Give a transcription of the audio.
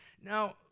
Now